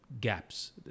gaps